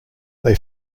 they